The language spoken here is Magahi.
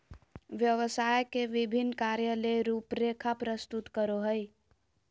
व्यवसाय के विभिन्न कार्य ले रूपरेखा प्रस्तुत करो हइ